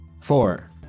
Four